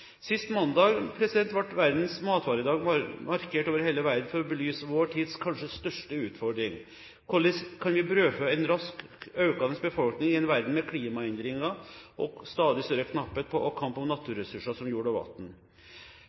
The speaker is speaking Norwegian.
Sist mandag ble Verdens matvaredag markert over hele verden for å belyse vår tids kanskje største utfordring: Hvordan brødfø en raskt økende befolkning i en verden med klimaendringer og stadig større knapphet på og kamp om naturressurser som jord og